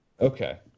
Okay